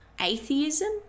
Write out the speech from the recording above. atheism